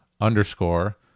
underscore